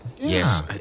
Yes